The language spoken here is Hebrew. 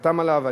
חתם עליו.